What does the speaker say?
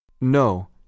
No